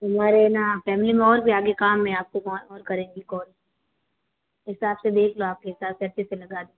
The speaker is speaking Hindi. हमारे ना फैमली में और भी आगे काम है और भी करेंगे कॉल हिसाब से देख लो आपके हिसाब से अच्छे से लगा दो